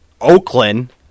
Oakland